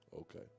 Okay